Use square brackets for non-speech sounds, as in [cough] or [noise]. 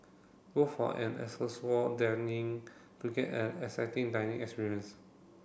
go for an [unintelligible] dining to get an exciting dining experience